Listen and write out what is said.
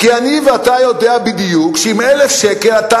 כי אני ואתה יודעים בדיוק שעם 1,000 שקל אתה